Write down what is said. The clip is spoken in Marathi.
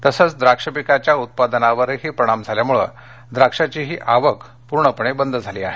तसंच द्राक्ष पिकाच्या उत्पादनावरही परिणाम झाल्यामुळे द्राक्षाचीही आवक पूर्णपणे बंद झाली आहे